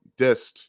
dissed